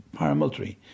paramilitary